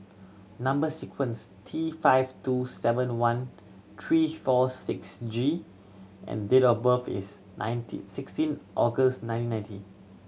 number sequence T five two seven one three four six G and date of birth is sixteen August nineteen ninety